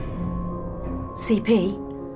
CP